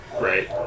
Right